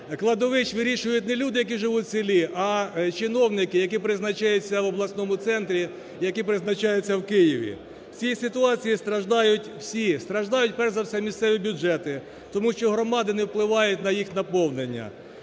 кладовищ вирішують не люди, які живуть в селі, а чиновники, які призначаються в обласному центрі, які призначаються в Києві. В цій ситуації страждають всі: страждають перш за все місцеві бюджети, тому що громади не впливають на їх наповнення,